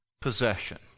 possession